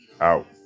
out